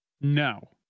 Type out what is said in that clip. no